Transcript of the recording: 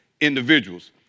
individuals